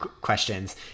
questions